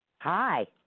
Hi